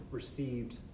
received